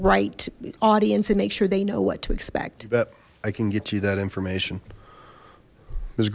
right audience and make sure they know what to expect but i can get you that information